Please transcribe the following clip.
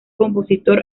compositor